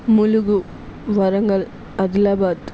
Mulugu Warangal Adilabad